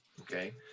okay